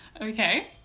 Okay